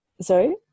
sorry